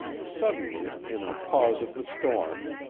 suddenly, in a pause of the storm,